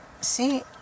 see